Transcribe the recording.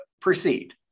proceed